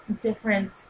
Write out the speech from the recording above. different